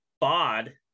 bod